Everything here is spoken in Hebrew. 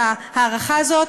את ההארכה הזאת.